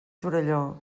torelló